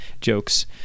jokes